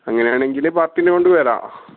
അങ്ങനെയാണെങ്കിൽ പാർട്ടീനെ കൊണ്ടുവരാം